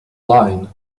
line